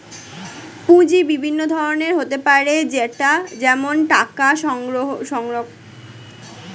পুঁজি বিভিন্ন ধরনের হতে পারে যেমন টাকা সংগ্রহণ করা, ডেট, ইক্যুইটি, আর ট্রেডিং ক্যাপিটাল